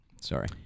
Sorry